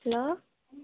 hello